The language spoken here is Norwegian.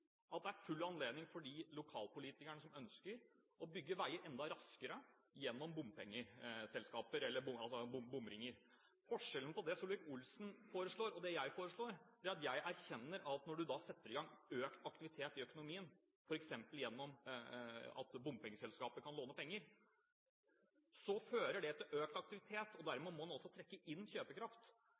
at det er full anledning for de lokalpolitikerne som ønsker det, å bygge veier enda raskere gjennom bompengeselskaper eller bomringer. Forskjellen på det Solvik-Olsen foreslår, og det jeg foreslår, det er at jeg erkjenner at når du setter i gang økt aktivitet i økonomien, f.eks. gjennom det at bompengeselskaper kan låne penger, fører det til økt aktivitet, og dermed må man også trekke inn kjøpekraft.